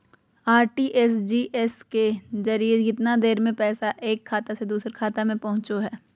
RTGS के जरिए कितना देर में पैसा एक खाता से दुसर खाता में पहुचो है?